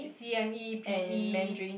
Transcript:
c_m_e p_e